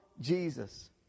Jesus